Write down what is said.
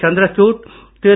சந்திர suit திரு